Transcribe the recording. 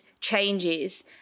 changes